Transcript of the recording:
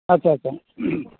ᱟᱪᱪᱷᱟ ᱟᱪᱪᱷᱟ